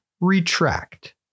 retract